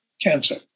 cancer